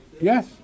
Yes